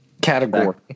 category